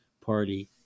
Party